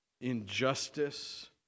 injustice